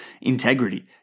integrity